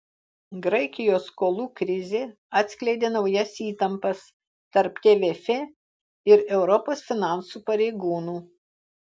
graikijos skolų krizė atskleidė naujas įtampas tarp tvf ir europos finansų pareigūnų